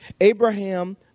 Abraham